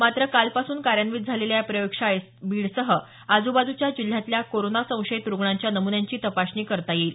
मात्र कालपासून कार्यान्वीत झालेल्या या प्रयोगशाळेत बीड सह आजूबाजूच्या जिल्ह्यातल्या कोरोना संशयित रुग्णांच्या नमन्यांची तपासणी करता येईल